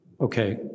Okay